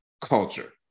culture